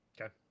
Okay